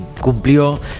cumplió